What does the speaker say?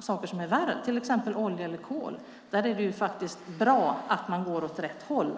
sådant som är värre, till exempel olja eller kol, är det bra att man går åt rätt håll.